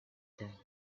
them